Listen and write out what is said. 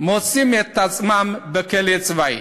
מוצאים את עצמם בכלא צבאי.